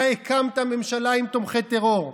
אתה הקמת ממשלה עם תומכי טרור,